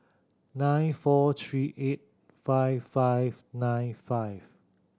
nine four three eight five five nine five